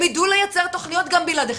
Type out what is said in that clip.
הם ידעו לייצר תוכניות גם בלעדיכם.